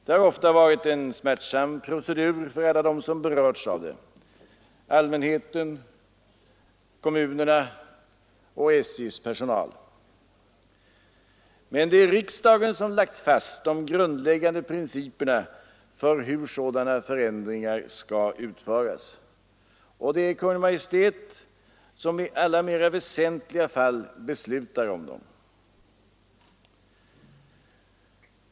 Det har ofta varit en smärtsam procedur för alla dem som berörts — allmänheten, kommunerna och personalen. Men det är riksdagen som lagt fast de grundläggande principerna för hur sådana förändringar skall utföras. Och det är Kungl. Maj:t som i alla mer väsentliga fall beslutar om dem.